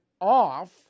off